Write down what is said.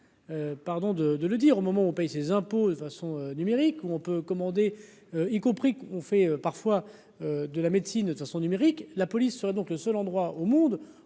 Pardon de de le dire au moment où on paye ses impôts à son numérique ou on peut commander, y compris on fait parfois de la médecine, de toute façon numérique, la police sera donc le seul endroit au monde